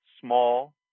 small